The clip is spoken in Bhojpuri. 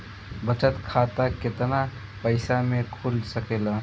बचत खाता केतना पइसा मे खुल सकेला?